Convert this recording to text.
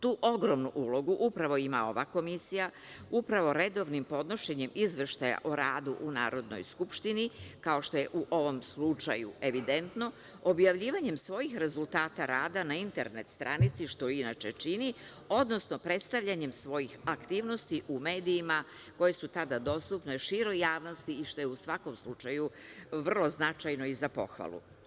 Tu ogromnu ulogu upravo ima ova Komisija, upravo redovnim podnošenjem izveštaja o radu u Narodnoj skupštini, kao što je u ovom slučaju evidentno, objavljivanjem svojih rezultata rada na internet stranici, što inače čini, odnosno predstavljanjem svojih aktivnosti u medijima koje su tada dostupne široj javnosti i što je u svakom slučaju vrlo značajno i za pohvalu.